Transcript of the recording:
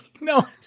no